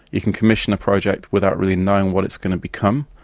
you can commission a project without really knowing what it's going to become.